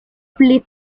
split